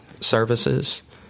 services